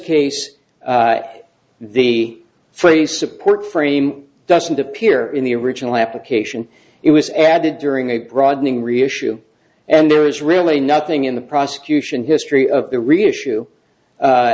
case the phrase support frame doesn't appear in the original application it was added during a broadening reissue and there is really nothing in the prosecution history of the reissue